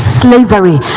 slavery